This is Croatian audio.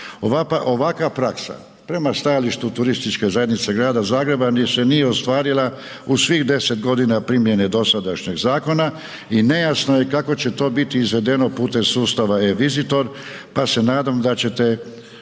Ovakva praksa prema stajalištu turističke zajednice Grada Zagreba se nije ostvarila u svih 10 godine primjene dosadašnjeg zakona i nejasno je kako će to biti izvedeno putem sustava eVisitor pa se nadam da ćete